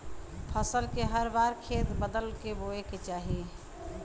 फसल के हर बार खेत बदल क बोये के चाही